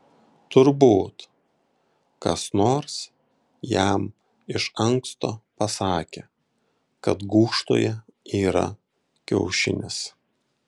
turbūt kas nors jam iš anksto pasakė kad gūžtoje yra kiaušinis